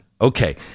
Okay